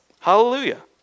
Hallelujah